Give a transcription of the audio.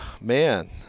man